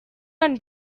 and